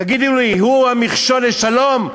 תגידו לי, הוא המכשול לשלום?